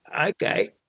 Okay